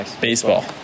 Baseball